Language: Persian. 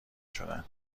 شدن